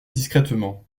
discrètement